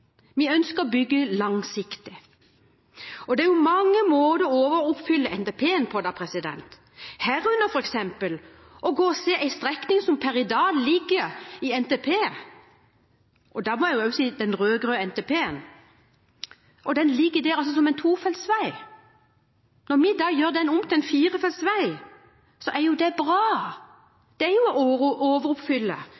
Vi ønsker å bygge helhetlig, vi ønsker å bygge langsiktig. Det er mange måter å overoppfylle NTP-en på, herunder f.eks. en strekning som per i dag ligger i NTP-en – og da må jeg også si den rød-grønne NTP-en – som en tofeltsvei. Når vi da gjør den om til en firefeltsvei, er jo det bra.